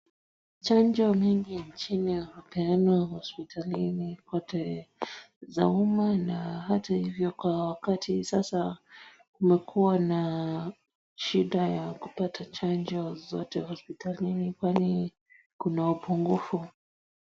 Chanjo mingi nchini hupeanwa hospitalini kote, za umma na hata hivyo kwa wakati sasa, kumekuwa na shida ya kupata chanjo zote hospitalini kwani kuna upungufu.